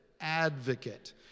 advocate